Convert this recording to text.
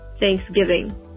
Thanksgiving